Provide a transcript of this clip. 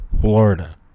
Florida